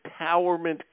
empowerment